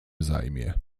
zajmie